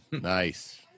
Nice